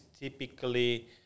typically